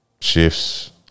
shifts